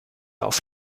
auf